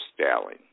stalin